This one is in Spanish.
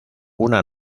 una